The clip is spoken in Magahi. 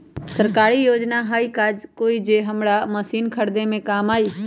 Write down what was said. सरकारी योजना हई का कोइ जे से हमरा मशीन खरीदे में काम आई?